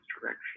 direction